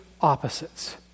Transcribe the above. opposites